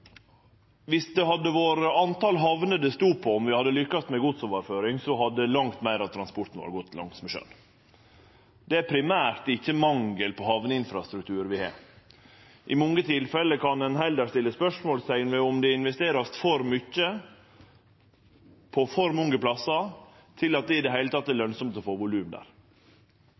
det hadde vore talet på hamner det stod på for om vi hadde lykkast med godsoverføring, hadde langt meir av transporten vår gått på sjøen. Det er primært ikkje mangel på hamneinfrastruktur. I mange tilfelle kan ein heller stille spørsmål ved om det vert investert for mykje på for mange plassar til at det i det heile er lønsamt å få volum der.